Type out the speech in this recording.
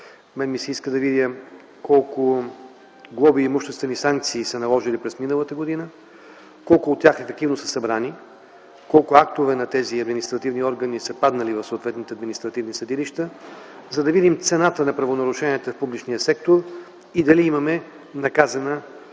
мен ми се иска да видя колко глоби и имуществени санкции са наложени през миналата година, колко от тях ефективно са събрани, колко актове на тези административни органи са паднали в съответните административни съдилища, за да видим цената на правонарушенията в публичния сектор и дали имаме наказана